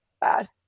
Bad